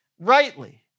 rightly